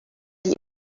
die